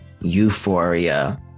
euphoria